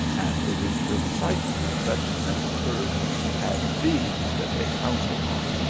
and it is precisely such simple birds as thee that they pounce upon.